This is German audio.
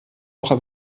woche